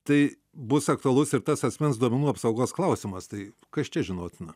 tai bus aktualus ir tas asmens duomenų apsaugos klausimas tai kas čia žinotina